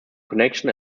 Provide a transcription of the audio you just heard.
connection